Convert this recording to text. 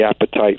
appetite